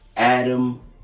Adam